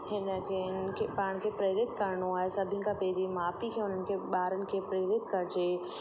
हिनखे हिनखे पाण खे प्रेरित करिणो आहे सभिनी खां पहिरीं माउ पीउ खे उन्हनि खे ॿारनि खे प्रेरित कजे